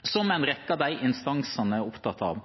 og som en rekke av de instansene er opptatt av.